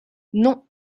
non